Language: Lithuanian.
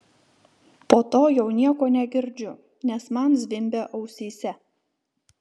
po to jau nieko negirdžiu nes man zvimbia ausyse